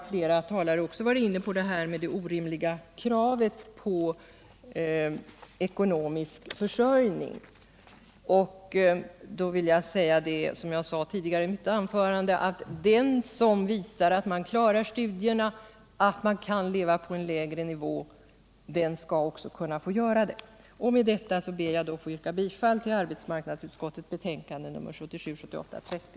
Flera talare har varit inne på detta med det orimliga kravet på ekonomisk försörjning. Jag sade tidigare i mitt anförande att den som visar sig klara studierna och kan leva på en lägre ekonomisk nivå skall också få fortsatt uppehållstillstånd. Med detta ber jag få yrka bifall till utskottets hemställan.